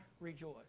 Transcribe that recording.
rejoice